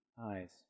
eyes